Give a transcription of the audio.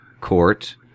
court